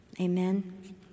Amen